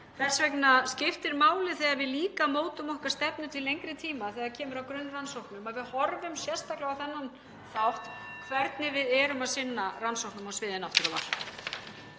Þess vegna skiptir máli þegar við mótum okkar stefnu til lengri tíma þegar kemur að grunnrannsóknum að við horfum sérstaklega á þennan þátt, hvernig við erum að sinna rannsóknum á sviði náttúruvár.